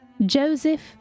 Joseph